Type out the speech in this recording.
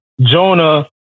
Jonah